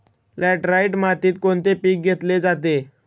Laterite मातीत कोणते पीक घेतले जाते?